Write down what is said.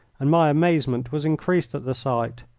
and my amazement was increased at the sight.